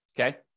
okay